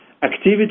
Activity